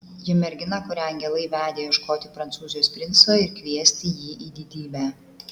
ji mergina kurią angelai vedė ieškoti prancūzijos princo ir kviesti jį į didybę